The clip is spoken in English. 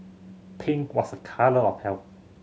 pink was a colour of health